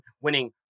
winning